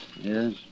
Yes